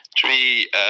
three